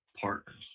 partners